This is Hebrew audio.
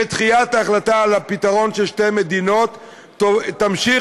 דחיית ההחלטה על הפתרון של שתי מדינות תמשיך